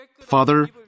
Father